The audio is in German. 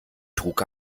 trug